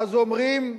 ואז אומרים: